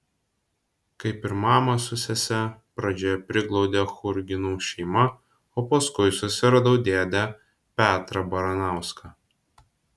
kaip ir mamą su sese pradžioje priglaudė churginų šeima o paskui susiradau dėdę petrą baranauską